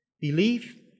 belief